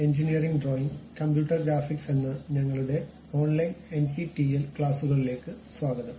engineering drawing computer graphics എന്ന ഞങ്ങളുടെ online NPTEL ക്ലാസുകളിലേക്ക് സ്വാഗതം